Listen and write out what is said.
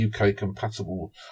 UK-compatible